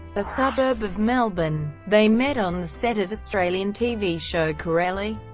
a suburb of melbourne. they met on the set of australian tv show correlli.